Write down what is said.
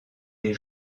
des